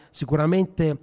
sicuramente